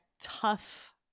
tough